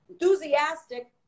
Enthusiastic